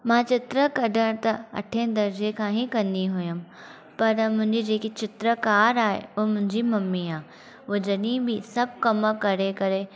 मां चित्र कढणु त अठे दर्जे खां ई कंदी हुअमि पर मुंहिंजी जेकी चित्रकार आहे उहा मुंहिंजी मम्मी आहे हूअ जॾहिं बि सभु कमु करे करे